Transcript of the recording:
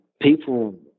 people